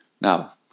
Now